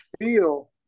feel